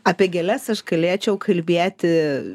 apie gėles aš galėčiau kalbėti